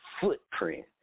footprint